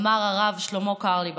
אמר הרב שלמה קרליבך,